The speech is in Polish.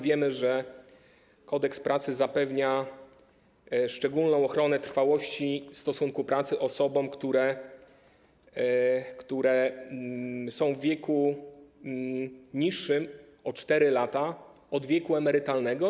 Wiemy, że Kodeks pracy zapewnia szczególną ochronę trwałości stosunku pracy osobom, które są w wieku niższym o 4 lata od wieku emerytalnego.